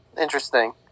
Interesting